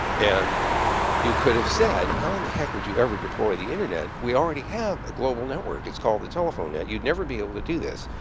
and you could have said, how in the heck would you ever deploy the internet? we already have a global network. it's called the telephone net. you'd never be able to do this.